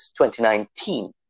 2019